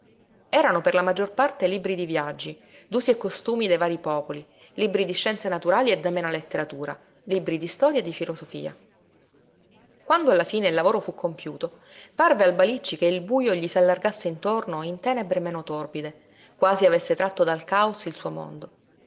erano per la maggior parte libri di viaggi d'usi e costumi dei varii popoli libri di scienze naturali e d'amena letteratura libri di storia e di filosofia quando alla fine il lavoro fu compiuto parve al balicci che il bujo gli s'allargasse intorno in tenebre meno torbide quasi avesse tratto dal caos il suo mondo